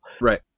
Right